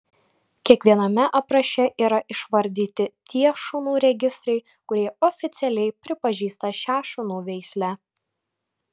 kiekviename apraše yra išvardyti tie šunų registrai kurie oficialiai pripažįsta šią šunų veislę